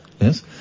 Yes